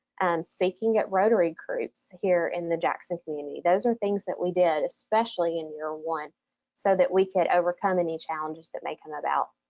and speaking at rotary groups here in the jackson community. those are things that we did especially in year one so that we could overcome any challenges that may come about.